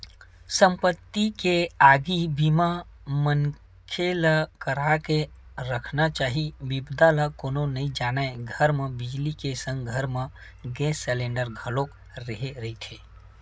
संपत्ति के आगी बीमा मनखे ल करा के रखना चाही बिपदा ल कोनो नइ जानय घर म बिजली के संग घर म गेस सिलेंडर घलोक रेहे रहिथे